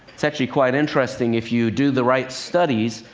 it's actually quite interesting. if you do the right studies,